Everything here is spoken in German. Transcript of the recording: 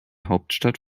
hauptstadt